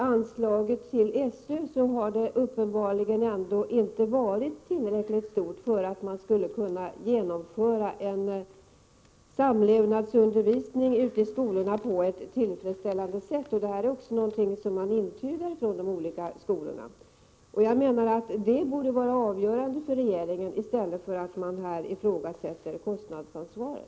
Anslaget till SÖ har uppenbarligen inte varit tillräckligt stort för att man på ett tillfredsställande sätt skall kunna genomföra en samlevnadsundervisning i skolorna. Detta har också intygats av olika skolor. Jag anser att detta borde vara avgörande för regeringen, som nu i stället ifrågasätter kostnadsansvaret. Talmannen meddelade att betänkandena skulle debatteras i angiven ordning och avgöras i ett sammanhang efter avslutad debatt.